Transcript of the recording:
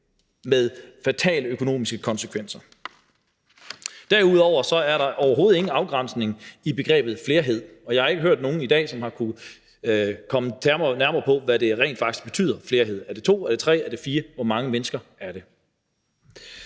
med fatale økonomiske konsekvenser. Derudover er der overhovedet ingen afgrænsning i begrebet flerhed, og jeg har ikke hørt nogen i dag, som har kunnet komme nærmere på, hvad flerhed rent faktisk betyder. Er det to, er det tre, er det fire – hvor mange mennesker er det?